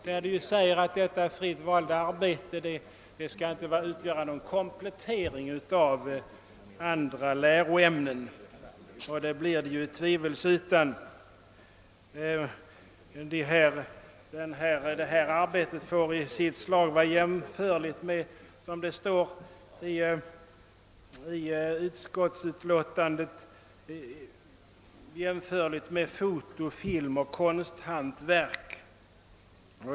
Där sägs nämligen att detta fritt valda arbete inte skall utgöra någon komplettering av andra läroämnen, och det blir det ju tvivelsutan. Arbetet i fråga får, som det står i utskottsutlåtandet, i sitt slag vara jämförligt med foto, film och konsthantverk.